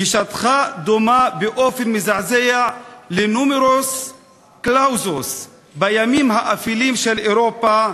גישתך דומה באופן מזעזע לנומרוס קלאוזוס בימים האפלים של אירופה,